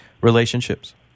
relationships